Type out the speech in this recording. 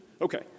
Okay